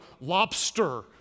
lobster